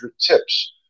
tips